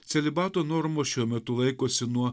celibato normų šiuo metu laikosi nuo